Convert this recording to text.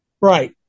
Right